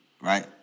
Right